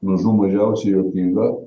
mažų mažiausiai juokinga